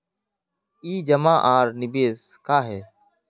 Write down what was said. ई जमा आर निवेश का है?